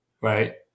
Right